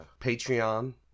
Patreon